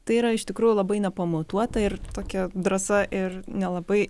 tai yra iš tikrųjų labai nepamatuota ir tokia drąsa ir nelabai